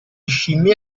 scimmie